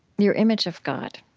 your image of god,